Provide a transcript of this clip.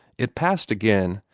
it passed again,